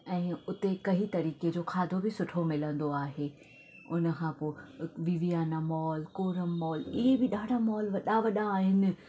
ऐं हुते कंहिं तरिक़े जो खाधो बि सुठो मिलंदो आहे हुन खां पोइ विवियाना मॉल कोरम मॉल इहे बि ॾाढा मॉल वॾा वॾा आहिनि